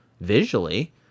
visually